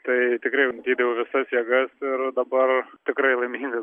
tai tikrai jau atidaviau visas jėgas ir dabar tikrai laimingas